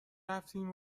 رفتیم